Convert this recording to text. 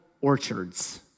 orchards